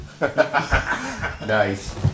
Nice